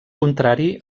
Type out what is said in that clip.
contrari